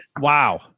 Wow